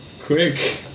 quick